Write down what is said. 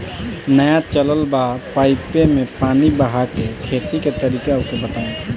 नया चलल बा पाईपे मै पानी बहाके खेती के तरीका ओके बताई?